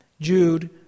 Jude